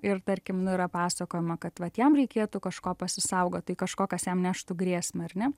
ir tarkim nu yra pasakojama kad vat jam reikėtų kažko pasisaugot tai kažko kas jam neštų grėsmę ar ne